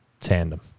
tandem